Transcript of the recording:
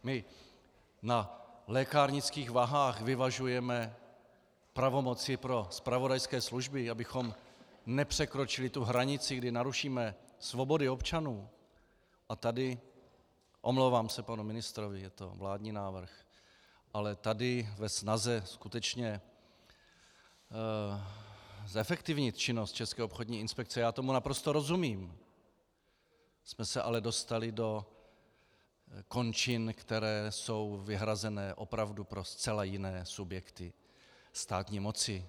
My na lékárnických vahách vyvažujeme pravomoci pro zpravodajské služby, abychom nepřekročili hranici, kdy narušíme svobody občanů, a tady, omlouvám se panu ministrovi, je to vládní návrh, ale tady ve snaze skutečně zefektivnit činnost České obchodní inspekce, já tomu naprosto rozumím, jsme se ale dostali do končin, které jsou vyhrazeny opravdu pro zcela jiné subjekty státní moci.